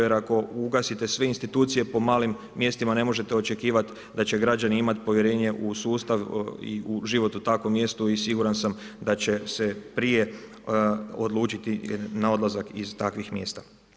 Jer ako ugasite sve institucije po malim mjestima, ne možete očekivati da će građani imati povjerenje u sustav i u život u takvom mjestu i siguran sam da će se prije odlučiti na odlazak iz takvih mjesta.